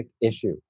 issue